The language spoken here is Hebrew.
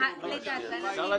הממשלתי.